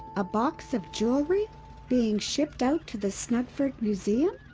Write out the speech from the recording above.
a box of jewelry being shipped out to the snuggford museum?